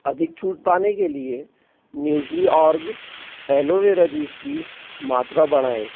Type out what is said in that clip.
अधिक छूट पाने के लिए न्यूट्रीऑर्ग एलोवेरा जूस की मात्रा बढ़ाएँ